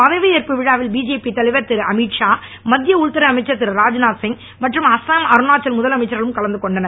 பதவியேற்பு விழாவில் பிஜேபி தலைவர் திருஅமித் ஷா மத்திய உள்துறை அமைச்சர் திருராத்நாத் சிங் மற்றும் அசாம் அருணாச்சல் முதலமைச்சர்களும் கலந்து கொண்டனர்